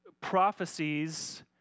prophecies